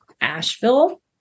Asheville